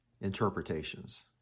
interpretations